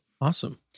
Awesome